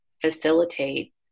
facilitate